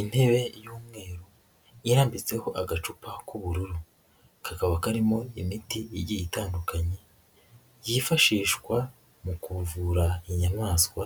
Intebe y'umweru irambitseho agacupa k'ubururu, kakaba karimo imiti igiye itandukanye, yifashishwa mu kuvura inyamaswa